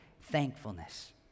thankfulness